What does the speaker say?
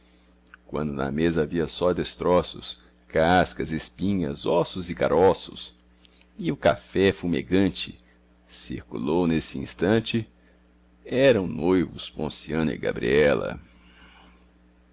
quando na mesa havia só destroços cascas espinhas ossos e caroços e o café fumegante circulou nesse instante eram noivos ponciano e gabriela